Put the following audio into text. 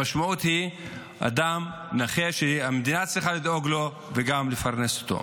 המשמעות היא אדם נכה שהמדינה צריכה לדאוג לו וגם לפרנס אותו.